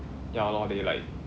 ya lor they like